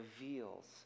reveals